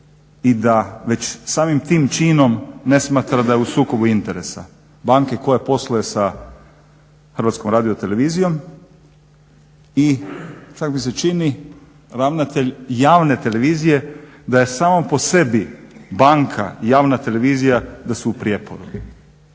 i da već samim tim činom ne smatra da je u sukobu interesa, banke koja posluje sa HRT-om i čak mi se čini ravnatelj javne televizije da je samo po sebi banka i javna televizija da su u prijeporu.